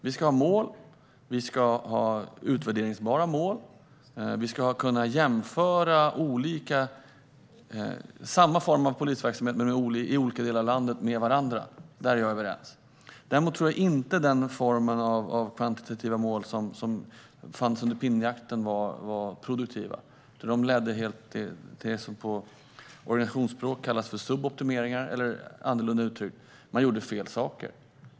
Vi ska ha utvärderbara mål. Vi ska kunna jämföra hur en viss form av polisverksamhet bedrivs i olika delar av landet. Där är vi överens. Däremot tror jag inte att de kvantitativa mål som fanns under pinnjakten var produktiva. De ledde till det som på organisationsspråk kallas för suboptimeringar. Annorlunda uttryckt: Man gjorde fel saker.